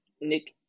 Nick